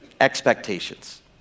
Expectations